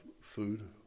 food